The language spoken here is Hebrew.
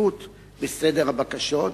עדיפות בסדר הבקשות,